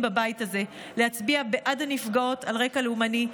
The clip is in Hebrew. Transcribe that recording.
בבית הזה להצביע בעד הנפגעות על רקע לאומני,